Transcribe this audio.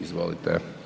Izvolite.